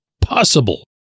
possible